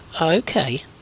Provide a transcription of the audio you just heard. Okay